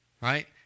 right